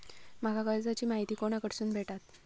माका कर्जाची माहिती कोणाकडसून भेटात?